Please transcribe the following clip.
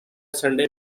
sunday